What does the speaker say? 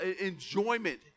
enjoyment